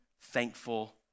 thankful